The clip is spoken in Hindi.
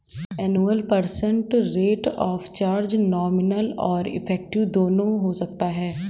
annual percent rate of charge nominal और इफेक्टिव दोनों हो सकता है